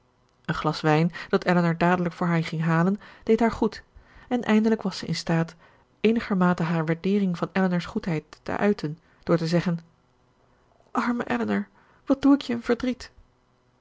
een glas wijn dat elinor dadelijk voor haar ging halen deed haar goed en eindelijk was zij in staat eenigermate haar waardeering van elinor's goedheid te uiten door te zeggen arme elinor wat doe ik je een verdriet